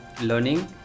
learning